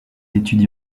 étudie